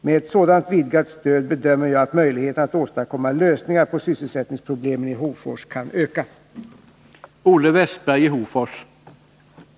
Med ett sådant vidgat stöd bedömer jag att möjligheterna att åstadkomma lösningar på sysselsättningsproblemen i Hofors kommun kan öka.